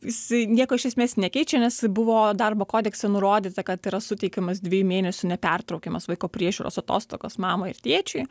jisai nieko iš esmės nekeičia nes buvo darbo kodekse nurodyta kad yra suteikiamas dviejų mėnesių nepertraukiamos vaiko priežiūros atostogos mamai ir tėčiui